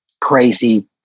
crazy